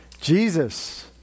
Jesus